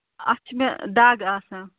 اَتھ چھِ مےٚ دَگ آسان